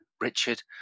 Richard